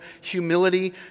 humility